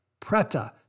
Preta